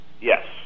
Yes